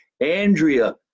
Andrea